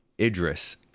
Idris